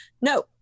no